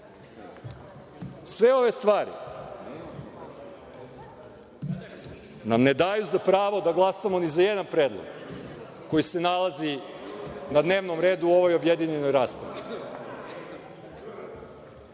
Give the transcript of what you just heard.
ne? Sve ove stvari nam ne daju za pravo da glasamo ni za jedan predlog koji se nalazi na dnevnom redu u ovoj objedinjenoj raspravi.